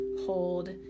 hold